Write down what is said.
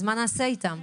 אז מה נעשה איתם?